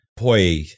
boy